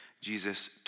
Jesus